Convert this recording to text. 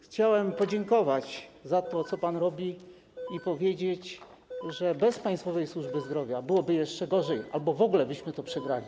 Chciałem podziękować za to, co pan robi, i powiedzieć, że bez państwowej służby zdrowia byłoby jeszcze gorzej albo w ogóle byśmy przegrali.